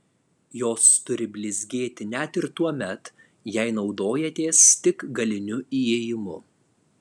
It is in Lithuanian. jos turi blizgėti net ir tuomet jei naudojatės tik galiniu įėjimu